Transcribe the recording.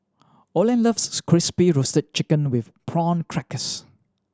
Olene loves Crispy Roasted Chicken with Prawn Crackers